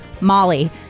Molly